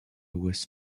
was